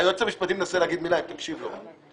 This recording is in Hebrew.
היועץ המשפטי מנסה להגיד מילה, תקשיב לו.